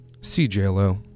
CJLO